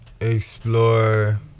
explore